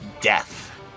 death